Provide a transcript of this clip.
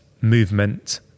movement